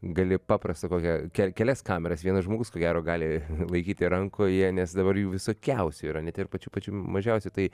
gali paprastą kokią ke kelias kameras vienas žmogus ko gero gali laikyti rankoje nes dabar jų visokiausių yra net ir pačių pačių mažiausių tai